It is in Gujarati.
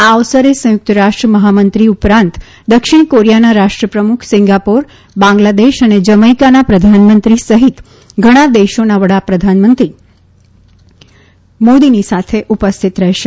આ અવસરે સંયુક્ત રાષ્ટ્ર મહામંત્રી ઉપરાંત દક્ષિણ કોરીયાના રાષ્ટ્ર પ્રમુખ સિંગાપોર બાંગ્લાદેશ અને જમૈકાના પ્રધાનમંત્રી સહિત ઘણા દેશોના વડા પ્રધાનમંત્રી મોદીની સાથે રહેશે